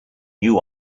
new